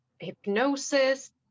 hypnosis